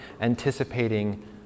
anticipating